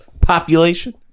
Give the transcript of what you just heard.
Population